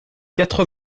quatre